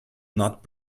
not